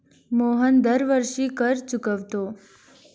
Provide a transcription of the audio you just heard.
मोहन दरवर्षी कर चुकवतो